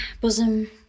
bosom